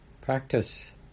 practice